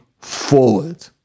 forward